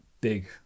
big